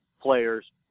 players